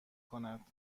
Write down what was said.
کند